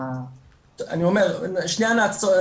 שנייה נעצור,